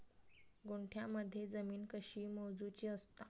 गुंठयामध्ये जमीन कशी मोजूची असता?